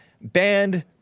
banned